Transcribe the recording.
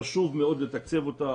חשוב מאוד לתקצב אותה,